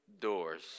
doors